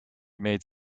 made